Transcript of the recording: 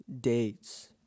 dates